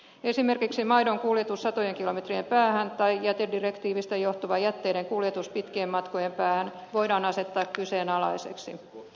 esimerkiksi maidon kuljetus satojen kilometrien päähän tai jätedirektiivistä johtuva jätteiden kuljetus pitkien matkojen päähän voidaan asettaa kyseenalaiseksi